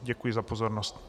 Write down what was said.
Děkuji za pozornost.